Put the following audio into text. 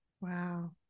Wow